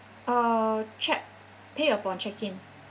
uh check pay upon check-in